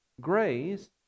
grace